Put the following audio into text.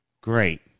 great